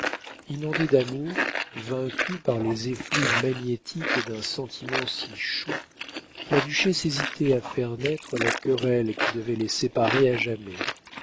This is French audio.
inondée d'amour vaincue par les effluves magnétiques d'un sentiment si chaud la duchesse hésitait à faire naître la querelle qui devait les séparer à jamais